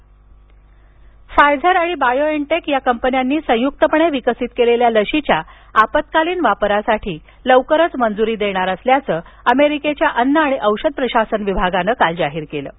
America लस Pfizer आणि BioNTech या कंपन्यांनी संयुक्तपणे विकसीत केलेल्या लशीच्या आत्पकालीन वापरासाठी लवकरच मंजुरी देणार असल्याचं अमेरिकेच्या अन्न आणि औषध प्रशासन विभागानं जाहीर केलं आहे